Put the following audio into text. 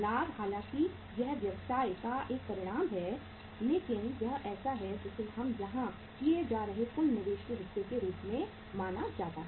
लाभ हालांकि यह व्यवसाय का एक परिणाम है लेकिन यह ऐसा है जिसे हम यहां किए जा रहे कुल निवेश के हिस्से के रूप में माना जाता है